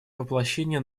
воплощение